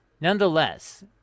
nonetheless